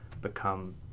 become